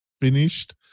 finished